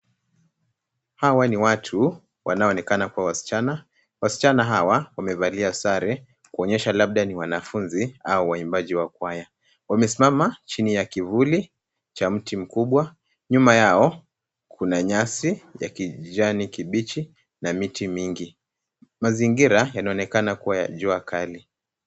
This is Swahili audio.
Hawa ni watu wanaoonekana kuwa wasichana. Wasichana hawa wamevalia sare kuonyesha labda ni wanafunzi au waimbaji wa kwaya. Wamesimama chini ya kivuli cha mti mkubwa . Nyuma yao kuna nyasi ya kijani kibichi na miti mingi. Mazingira yanaonekana kuwa ya jua kali.